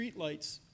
streetlights